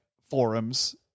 Forums